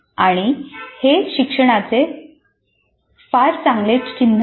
आणि हे शिक्षणाचे फार चांगले चिन्ह नाही